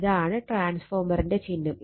ഇതാണ് ട്രാൻസ്ഫോർമറിന്റെ ചിഹ്നം